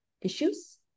issues